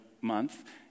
month